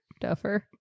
Duffer